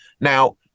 Now